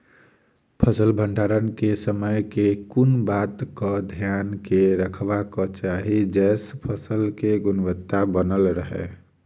फसल भण्डारण केँ समय केँ कुन बात कऽ ध्यान मे रखबाक चाहि जयसँ फसल केँ गुणवता बनल रहै?